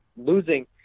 losing